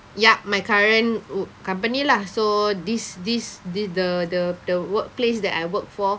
yup my current wor~ company lah so this this this the the the the workplace that I work for